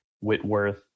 Whitworth